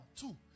two